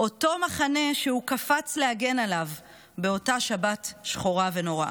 אותו מחנה שהוא קפץ להגן עליו באותה שבת שחורה ונוראה.